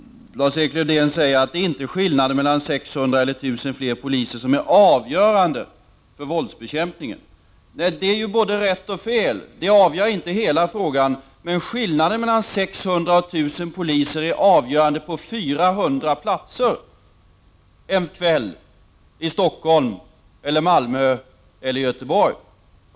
Lars-Erik Lövdén säger att det inte är skillnaden mellan 600 och 1 000 fler poliser som är avgörande för våldsbekämpningen. Det är ju både rätt och fel. Det avgör inte hela frågan, men skillnaden mellan 600 och 1 000 poliser är avgörande på 400 platser en kväll i Stockholm, Malmö eller Göteborg.